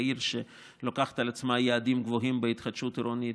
לעיר שלוקחת על עצמה יעדים גבוהים בהתחדשות עירונית,